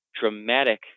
dramatic